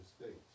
States